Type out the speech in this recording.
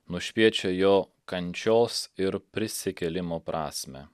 nušviečia jo kančios ir prisikėlimo prasmę